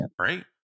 right